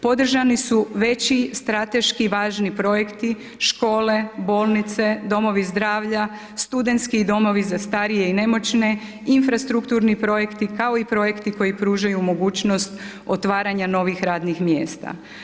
Podržani su veći strateški važni projekti škole, bolnice, domovi zdravlja, studentski domovi za starije i nemoćne, infrastrukturni projekti, kao i projekti koji pružaju mogućnost otvaranju novih radnih mjesta.